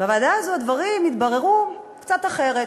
בוועדה הזאת הדברים התבררו קצת אחרת.